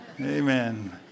Amen